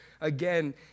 again